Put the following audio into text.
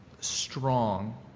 Strong